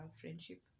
friendship